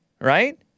right